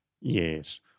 Yes